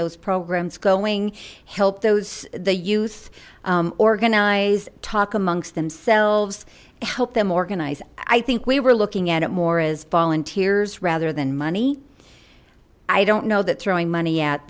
those programs going help those the youth organize talk amongst themselves help them organize i think we were looking at it more as volunteers rather than money i don't know that throwing money at